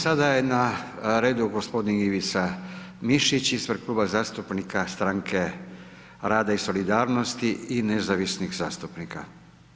Sada je na redu g. Ivica Mišić ispred Kluba zastupnika Strane rada i solidarnosti i nezavisnih zastupnika.